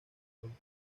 fútbol